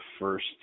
first